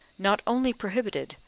not only prohibited,